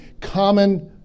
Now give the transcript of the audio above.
common